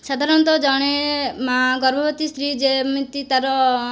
ସାଧାରଣତଃ ଜଣେ ମା' ଗର୍ଭବତୀ ସ୍ତ୍ରୀ ଯେମିତି ତାର